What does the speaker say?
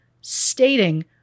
stating